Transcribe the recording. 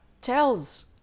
tells